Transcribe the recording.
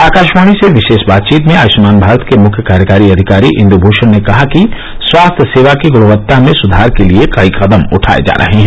आकाशवाणी से विशेष बातचीत में आयुष्मान भारत के मुख्य कार्यकारी अधिकारी इंदुभूषण ने कहा कि स्वास्थ्य सेवा की गुणवत्ता में सुधार के लिए कई कदम उठाये जा रहे हैं